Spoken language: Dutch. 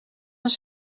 als